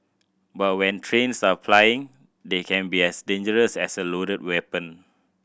but when trains are plying they can be as dangerous as a loaded weapon